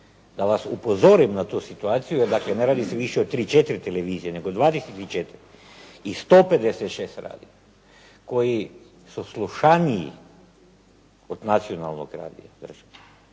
da vas upozorim na tu situaciju, jer dakle ne radi se više o tri, četiri televizije, nego 24 i 165 radija koji su slušaniji od nacionalnog radija, državnog